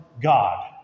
God